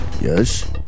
Yes